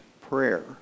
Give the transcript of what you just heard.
prayer